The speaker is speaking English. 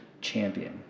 champion